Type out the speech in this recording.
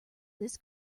this